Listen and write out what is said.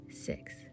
six